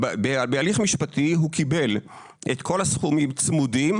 בהליך משפטי הוא קיבל את כל הסכומים צמודים,